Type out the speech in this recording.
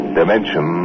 Dimension